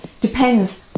depends